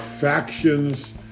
factions